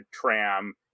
tram